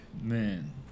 Man